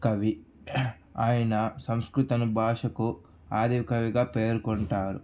కవి ఆయన సంస్కృతం అను భాషకు ఆది కవిగా పేర్కొంటారు